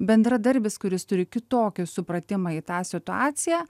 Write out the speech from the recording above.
bendradarbis kuris turi kitokį supratimą į tą situaciją